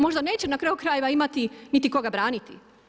Možda neće na kraju krajeva imati niti koga braniti.